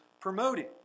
promoting